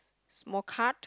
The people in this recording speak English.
small cart